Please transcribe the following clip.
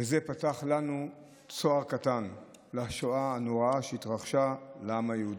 וזה פתח לנו צוהר קטן לשואה הנוראה שהתרחשה לעם היהודי.